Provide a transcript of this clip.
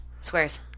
Squares